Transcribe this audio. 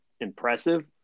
impressive